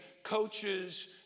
coaches